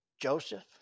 Joseph